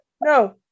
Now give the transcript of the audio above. no